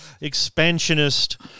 expansionist